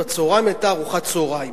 בצהריים היתה ארוחת צהריים.